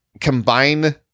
combine